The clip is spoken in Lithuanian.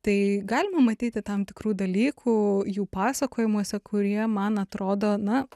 tai galima matyti tam tikrų dalykų jų pasakojimuose kurie man atrodo na